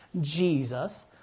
jesus